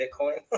Bitcoin